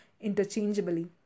interchangeably